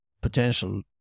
potential